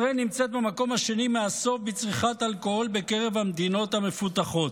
ישראל נמצאת במקום השני מהסוף בצריכת אלכוהול בקרב המדינות המפותחות.